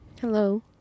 Hello